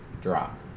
drop